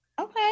okay